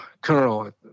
Colonel